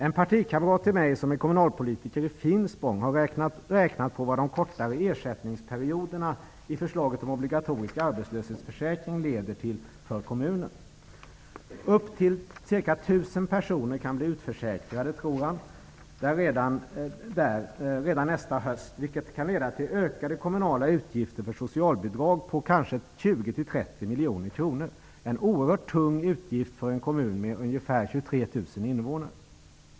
En partikamrat till mig som är kommunalpolitiker i Finspång har räknat på vad de kortare ersättningsperioderna i förslaget om obligatorisk arbetslöshetsförsäkring leder till för kommunen. Upp till ca 1 000 personer kan bli utförsäkrade där redan nästa höst, vilket kan leda till ökade kommunala utgifter för socialbidrag på kanske 20--30 miljoner kronor. Det är en oerhört tung utgift för en kommun med ungefär 23 000 invånare.